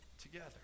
together